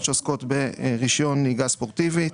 תקנות הנהיגה הספורטיבית